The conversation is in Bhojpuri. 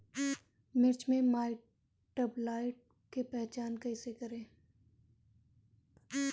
मिर्च मे माईटब्लाइट के पहचान कैसे करे?